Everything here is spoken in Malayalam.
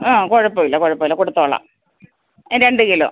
ആ കുഴപ്പമില്ല കുഴപ്പമില്ല കൊടുത്തോളാം രണ്ടു കിലോ